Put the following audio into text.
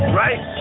right